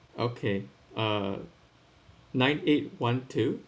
okay uh nine eight one two